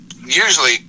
usually